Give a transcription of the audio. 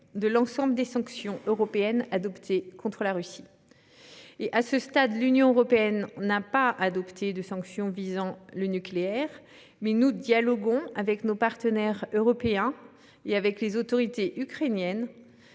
de l'ensemble des sanctions européennes adoptées contre la Russie. À ce stade, l'Union européenne n'a pas adopté de sanctions visant le nucléaire, mais nous dialoguons avec nos partenaires européens et avec les autorités ukrainiennes